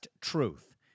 Truth